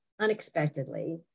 unexpectedly